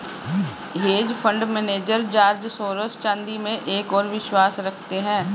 hedge fund manager George Soros चांदी में एक और विश्वास रखते हैं